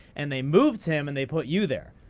and they move him, and they put you there.